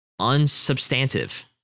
unsubstantive